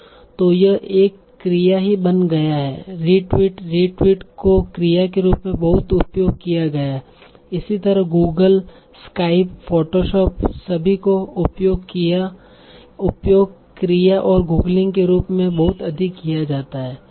तो यह एक क्रिया ही बन गया है रीट्वीट रीट्वीट को क्रिया के रूप में बहुत उपयोग किया गया है इसी तरह गूगल स्काइप फ़ोटोशॉप सभी का उपयोग क्रिया और गूगलिंग के रूप में बहुत अधिक किया जाता है